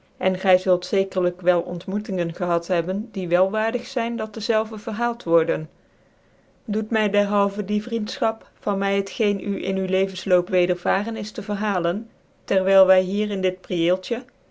cn gy zult zekerlijk wel ontmoetingen gehad hebben die wel waardig zyn dat dezelve verhaald worden doet mydcrhalvcn die vriendfehap van my het geen u in u levensloop wedervaren is te verhalen terwijl wy hier in dit prieeltje